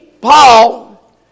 Paul